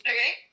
Okay